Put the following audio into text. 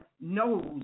knows